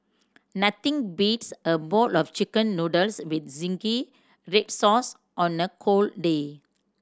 nothing beats a bowl of Chicken Noodles with zingy red sauce on a cold day